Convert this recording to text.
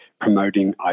promoting